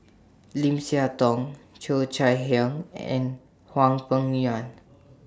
Lim Siah Tong Cheo Chai Hiang and Hwang Peng Yuan